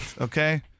okay